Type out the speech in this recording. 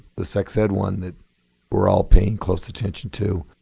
the sex ed one, that we're all paying close attention to.